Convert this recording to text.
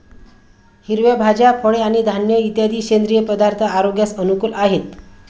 हिरव्या भाज्या, फळे आणि धान्य इत्यादी सेंद्रिय पदार्थ आरोग्यास अनुकूल आहेत